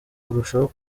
kurushaho